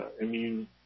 immune